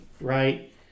right